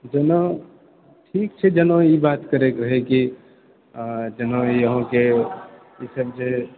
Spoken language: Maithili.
जेना ठीक छै जेना ई बात करैके रहै कि जेना ई अहाँके ई सब जे